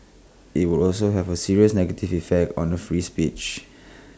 IT would also have A serious negative effect on free speech